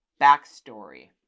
backstory